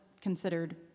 considered